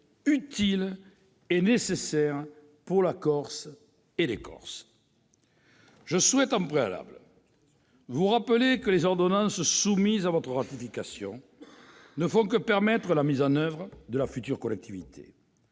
utile et même nécessaire pour la Corse et les Corses. Je souhaite, en préambule, vous rappeler que les ordonnances soumises à votre ratification ne font que permettre la mise en oeuvre de la future collectivité